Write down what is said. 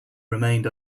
remained